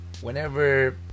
whenever